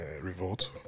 revolt